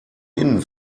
innen